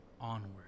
onward